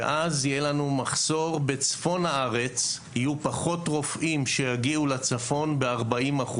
ואז יהיה לנו מחסור בצפון הארץ יהיו פחות רופאים שיגיעו לצפון ב-40%,